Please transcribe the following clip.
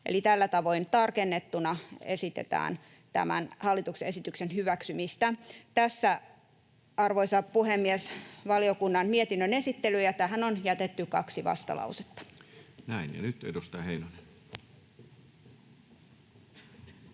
tällä tavoin tarkennettuna esitetään tämän hallituksen esityksen hyväksymistä. Tässä, arvoisa puhemies, valiokunnan mietinnön esittely. Tähän on jätetty kaksi vastalausetta.